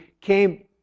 came